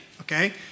okay